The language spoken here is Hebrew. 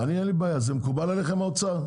אני אין לי בעיה, זה מקובל עליכם האוצר?